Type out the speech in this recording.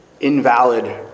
invalid